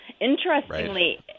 Interestingly